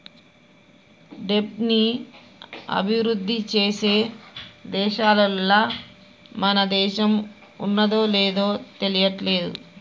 దెబ్ట్ ని అభిరుద్ధి చేసే దేశాలల్ల మన దేశం ఉన్నాదో లేదు తెలియట్లేదు